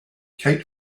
kate